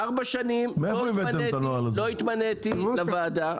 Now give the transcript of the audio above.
ארבע שנים לא התמניתי לוועדה,